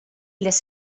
les